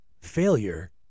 Failure